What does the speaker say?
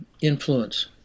influence